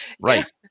Right